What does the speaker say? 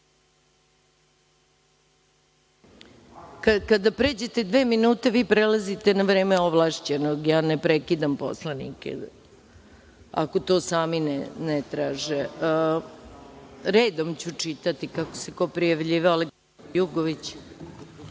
Kada pređete dva minuta, vi prelazite na vreme ovlašćenog, ja ne prekidam poslanike, ako to sami ne traže. Redom ću čitati kako se ko prijavljivao. Reč